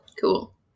Cool